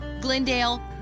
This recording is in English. Glendale